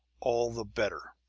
all the better!